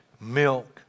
milk